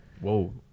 Whoa